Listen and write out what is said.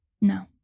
No